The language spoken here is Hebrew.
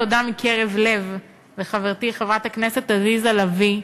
תודה מקרב לב לחברתי חברת הכנסת עליזה לביא,